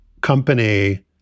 company